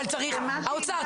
האוצר,